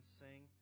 sing